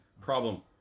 problem